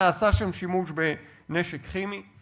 נעשה שם שימוש בנשק כימי.